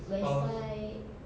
that's why